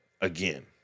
again